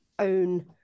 own